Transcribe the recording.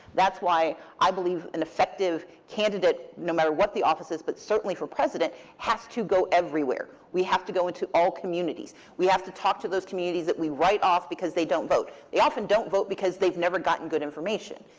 that's why i believe an effective candidate no matter what the office is, but certainly for president has to go everywhere. we have to go into all communities. we have to talk to those communities that we write off because they don't vote. they often don't vote because they've never gotten good information.